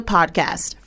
Podcast